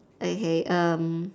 okay um